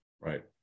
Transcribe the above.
Right